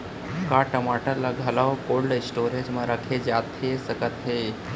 का टमाटर ला घलव कोल्ड स्टोरेज मा रखे जाथे सकत हे?